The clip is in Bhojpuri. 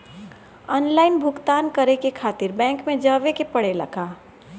आनलाइन भुगतान करे के खातिर बैंक मे जवे के पड़ेला का?